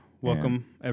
Welcome